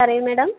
പറയൂ മേഡം